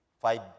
five